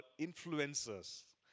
influencers